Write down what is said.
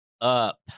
up